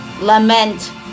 Lament